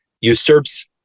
usurps